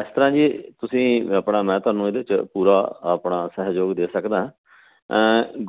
ਇਸ ਤਰ੍ਹਾਂ ਜੀ ਤੁਸੀਂ ਆਪਣਾ ਮੈਂ ਤੁਹਾਨੂੰ ਇਹਦੇ 'ਚ ਪੂਰਾ ਆਪਣਾ ਸਹਿਯੋਗ ਦੇ ਸਕਦਾ